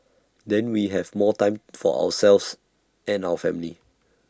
then we have more time for ourselves and our family